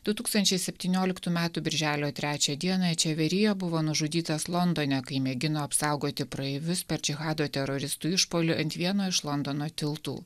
du tūkstančiai septynioliktų metų birželio trečią dieną čeverija buvo nužudytas londone kai mėgino apsaugoti praeivius per džihado teroristų išpuolį ant vieno iš londono tiltų